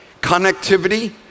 connectivity